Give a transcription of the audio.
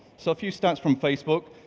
so a few stats from facebook,